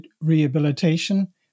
rehabilitation